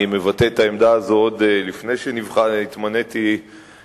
אני ביטאתי את העמדה הזו עוד לפני שהתמניתי לשר.